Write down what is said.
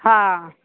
हा